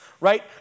right